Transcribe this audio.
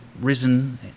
risen